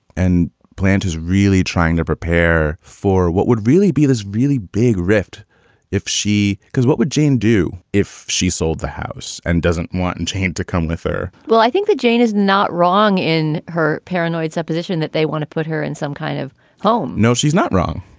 and plant is really trying to prepare for what would really be this really big rift if she. because what would jane do if she sold the house and doesn't want and change to come with her? well, i think that jane is not wrong in her paranoid supposition that they want to put her in some kind of home. no, she's not wrong,